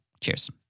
Cheers